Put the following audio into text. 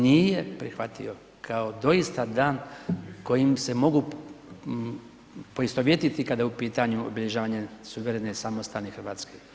Nije prihvatio kao doista dan kojim se mogu poistovjetiti kada je u pitanju obilježavanje suverene samostalne Hrvatske.